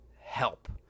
help